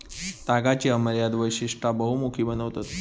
तागाची अमर्याद वैशिष्टा बहुमुखी बनवतत